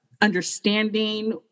understanding